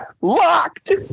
Locked